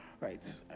Right